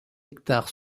hectares